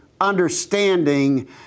understanding